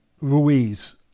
Ruiz